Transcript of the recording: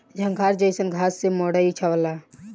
झंखार जईसन घास से मड़ई छावला